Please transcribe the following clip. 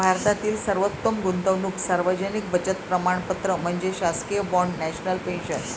भारतातील सर्वोत्तम गुंतवणूक सार्वजनिक बचत प्रमाणपत्र म्हणजे शासकीय बाँड नॅशनल पेन्शन